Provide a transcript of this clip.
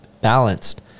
balanced